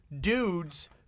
dudes